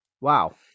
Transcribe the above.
Wow